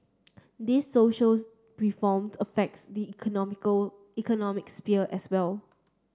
these socials reformed affect the economical economic sphere as well